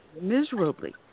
miserably